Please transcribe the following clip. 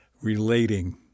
relating